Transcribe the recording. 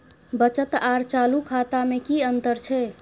बचत आर चालू खाता में कि अतंर छै?